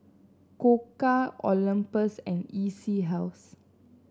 Koka Olympus and E C House